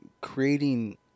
Creating